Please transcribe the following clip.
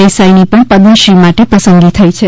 દેસાઇની પણ પદ્મશ્રી માટે પસંદગી થઇ છે